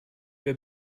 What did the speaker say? wer